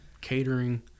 catering